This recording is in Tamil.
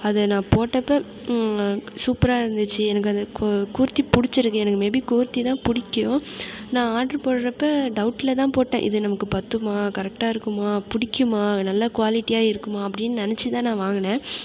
அதை நான் போட்டப்போ சூப்பராக இருந்துச்சு எனக்கு அது கூர்த்தி புடிச்சிருக்கு எனக்கு மேபி குர்த்திதான் பிடிக்கும் நான் ஆர்டர் போடுகிறப்ப டவுட்டில் தான் போட்டேன் இது நமக்கு பத்துமா கரெக்டாக இருக்குமா பிடிக்குமா நல்ல குவாலிட்டியாக இருக்குமா அப்படின்னு நெனைச்சி தான் நான் வாங்கின